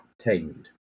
tamed